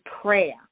prayer